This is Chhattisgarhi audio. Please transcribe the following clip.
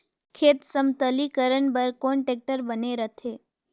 खेत समतलीकरण बर कौन टेक्टर बने रथे?